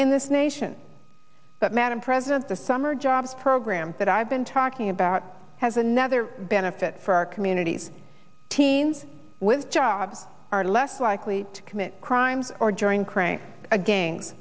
in this nation but madam president the summer jobs program that i've been talking about has another benefit for our communities teens with jobs are less likely to commit crimes or join crank a gang